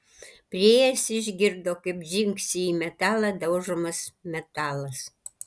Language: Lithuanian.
priėjęs išgirdo kaip dzingsi į metalą daužomas metalas